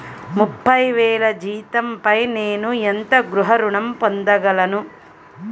ముప్పై వేల జీతంపై నేను ఎంత గృహ ఋణం పొందగలను?